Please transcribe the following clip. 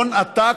הון עתק,